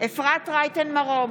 אפרת רייטן מרום,